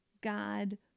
god